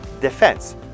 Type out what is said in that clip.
defense